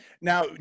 Now